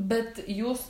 bet jūs